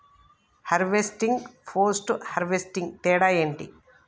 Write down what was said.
Harvesting, post harvesting తేడా ఏంటి?